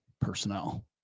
personnel